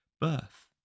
Birth